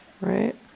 Right